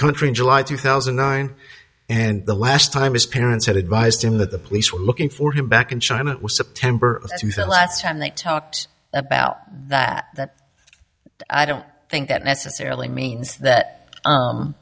country in july two thousand and nine and the last time his parents had advised him that the police were looking for him back in china it was september last time they talked about that that i don't think that necessarily means that